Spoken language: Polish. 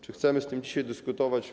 Czy chcemy z tym dzisiaj dyskutować?